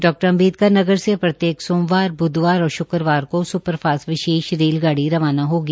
doctor Ambedkar Nagar से प्रत्येक सोमवार ब्धवार और शुक्रवार को सुपर फास्ट विशेष रेलगाड़ी रवाना होगी